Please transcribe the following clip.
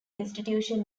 institution